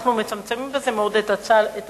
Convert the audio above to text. אנחנו מצמצמים בזה מאוד את הסל,